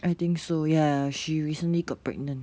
I think so ya she recently got pregnant